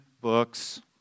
books